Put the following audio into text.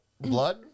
blood